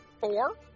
Four